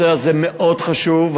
הנושא הזה מאוד חשוב,